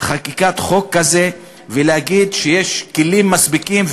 חקיקת חוק כזה, ולהגיד שיש כלים מספיקים.